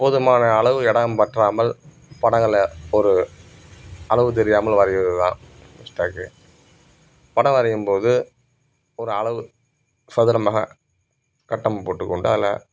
போதுமான அளவு இடம் பற்றாமல் படங்களை ஒரு அளவு தெரியாமல் வரைவதுதான் மிஸ்டேக்கு படம் வரையும்போது ஒரு அளவு சதுரமாக கட்டம் போட்டுக் கொண்டு அதில்